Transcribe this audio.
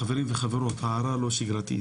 חברים וחברות, הערה לא שגרתית.